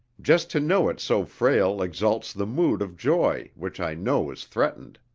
just to know it so frail exalts the mood of joy which i know is threatened.